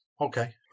Okay